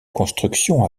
construction